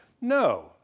No